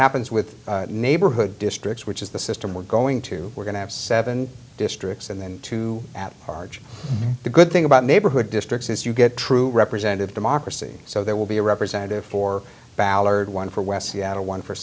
happens with neighborhood districts which is this system we're going to we're going to have seven districts and then two at large the good thing about neighborhood districts is you get true representative democracy so there will be a representative for ballard one for west